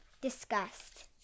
disgust